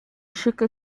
sugar